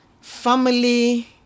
family